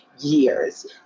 years